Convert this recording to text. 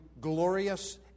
glorious